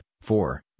four